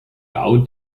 bau